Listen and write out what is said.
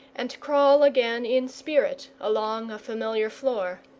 and crawl again in spirit along a familiar floor.